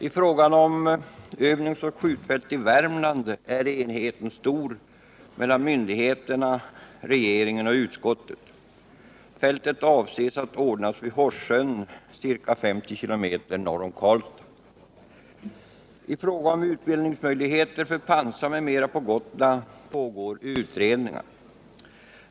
I fråga om övningsoch skjutfält i Värmland är enigheten stor mellan myndigheterna, regeringen och utskottet. Fältet avses bli anordnat vid Horssjön ca 50 km norr om Karlstad. I fråga om utbildningsmöjligheter för pansar m.m. på Gotland pågår utredning.